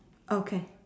okay